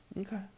okay